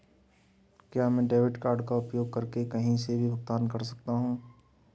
क्या मैं debit card का उपयोग करके कहीं भी भुगतान कर सकता हूं?